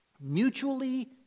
mutually